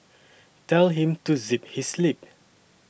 tell him to zip his lip